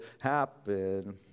happen